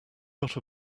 got